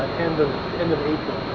the end of april